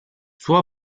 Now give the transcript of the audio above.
suo